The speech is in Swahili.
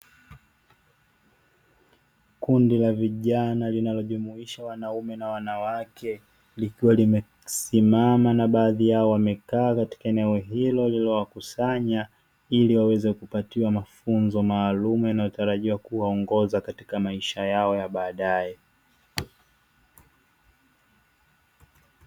Kundi la vijana linalojumuisha wanaume na wanawake, likiwa limesimama na baadhi yao wamekaa katika eneo hilo lililowakusanya, ili waweze kupatiwa mafunzo maalumu yanayotarajiwa kuwaongoza katika maisha yao ya baadaye.